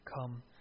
come